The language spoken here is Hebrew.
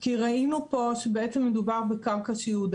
כי ראינו פה שבעצם מדובר בקרקע שייעודה